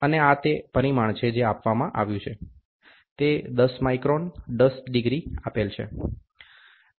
અને આ તે પરિમાણ છે જે આપવામાં આવ્યું છે તે દસ માઇક્રોન દસ ડિગ્રી આપેલ છે